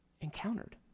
encountered